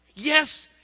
Yes